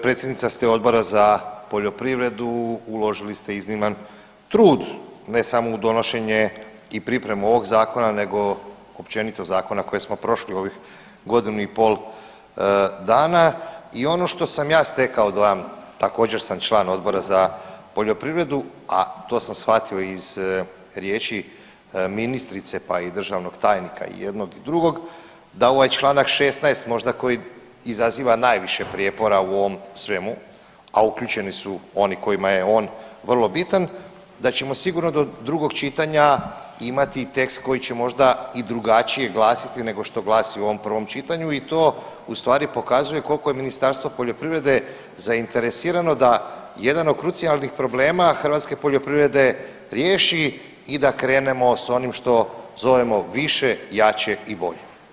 Predsjednica ste Odbora za poljoprivredu, uložili ste izniman trud ne samo u donošenje i pripremu ovog zakona nego općenito zakona koje smo prošli u ovih godinu i pol dana i ono što sam ja stekao dojam, također sam član Odbora za poljoprivredu, a to sam shvatio i iz riječi ministrice, pa i državnog tajnika i jednog i drugog da ovaj čl. 16. možda koji izaziva najviše prijepora u ovom svemu, a uključeni su oni kojima je on vrlo bitan da ćemo sigurno do drugog čitanja imati tekst koji će možda i drugačije glasiti nego što glasi u ovom prvom čitanju i to u stvari pokazuje koliko je Ministarstvo poljoprivrede zainteresirano da jedan od krucijalnih problema hrvatske poljoprivrede riješi i da krenemo s onim što zovemo više, jače i bolje.